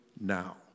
now